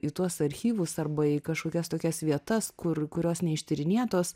į tuos archyvus arba į kažkokias tokias vietas kur kurios neištyrinėtos